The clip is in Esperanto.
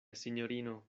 sinjorino